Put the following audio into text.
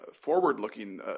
forward-looking